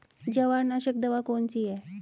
जवार नाशक दवा कौन सी है?